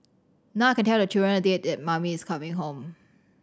now I can tell the children a date that mummy is coming home